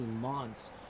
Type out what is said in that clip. months